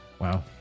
Wow